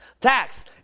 Tax